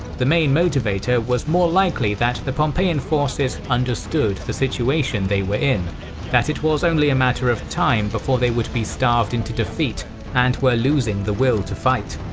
the main motivator was more likely that the pompeian forces understood the situation they were in that it was only a matter of time before they would be starved into defeat and were losing the will to fight.